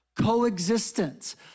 coexistence